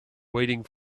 waiting